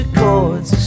chords